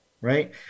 Right